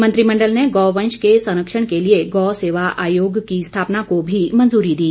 मंत्रिमंडल योजना में गौवंश के संरक्षण के लिए गौ सेवा आयोग की स्थापना को भी मंजूरी दी